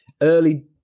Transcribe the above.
early